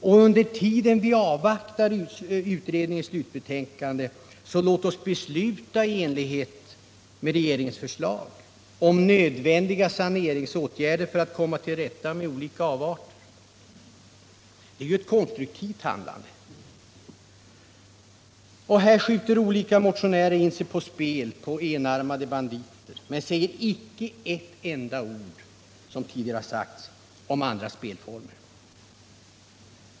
Och låt oss, medan vi avvaktar utredningens slutbetänkande, i enlighet med regeringens förslag besluta om nödvändiga saneringsåtgärder för att komma till rätta med olika avarter. Det är ett konstruktivt handlande. Här skjuter olika motionärer in sig på spel med enarmade banditer, men säger, som tidigare framhållits, icke ett ord om andra spelformer.